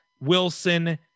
Wilson